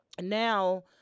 now